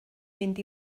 mynd